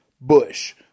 Bush